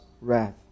wrath